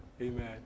Amen